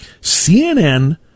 CNN